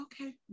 Okay